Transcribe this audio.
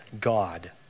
God